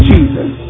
Jesus